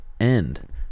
end